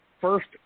first